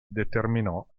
determinò